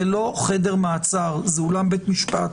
זה לא חדר מעצר, זה אולם בית משפט,